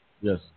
Yes